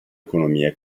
economia